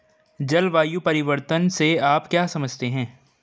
जलवायु परिवर्तन से आप क्या समझते हैं?